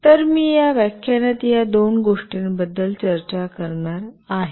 तर मी या व्याख्यानात या दोन गोष्टींबद्दल चर्चा करणार आहे